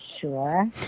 Sure